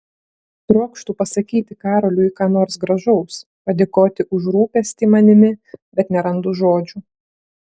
trokštu pasakyti karoliui ką nors gražaus padėkoti už rūpestį manimi bet nerandu žodžių